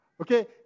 Okay